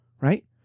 Right